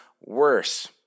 worse